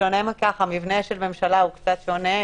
מבנה של ממשלה הוא קצת שונה,